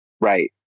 Right